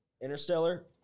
Interstellar